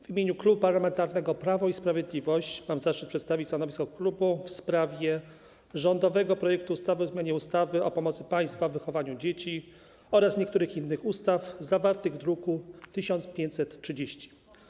W imieniu Klubu Parlamentarnego Prawo i Sprawiedliwość mam zaszczyt przedstawić stanowisko klubu w sprawie rządowego projektu ustawy o zmianie ustawy o pomocy państwa w wychowywaniu dzieci oraz niektórych innych ustaw, druk nr 1530.